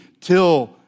till